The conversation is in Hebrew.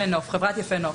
חברת יפה נוף.